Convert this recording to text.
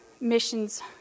missions